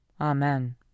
Amen